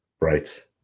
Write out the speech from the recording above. Right